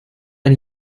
ein